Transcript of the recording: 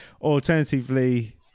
Alternatively